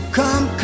come